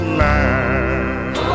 land